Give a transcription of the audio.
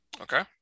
Okay